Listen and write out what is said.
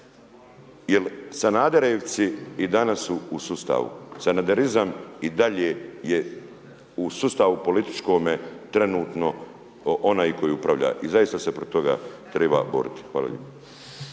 jer Sanaderevci i danas su u sustavu. Sanaderizam i dalje je u sustavu političkome trenutno onaj koji upravlja i zaista se protiv toga triba borit. Hvala.